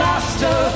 Master